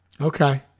Okay